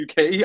UK